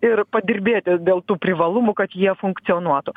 ir padirbėti dėl tų privalumų kad jie funkcionuotų